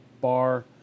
bar